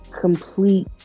complete